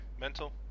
mental